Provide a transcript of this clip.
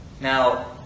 Now